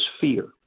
fear